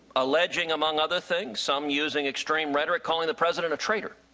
alleging, among other things, some using extreme rhetoric, calling the president a traitor.